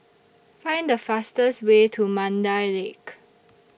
Find The fastest Way to Mandai Lake